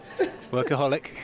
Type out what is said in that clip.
Workaholic